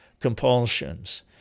compulsions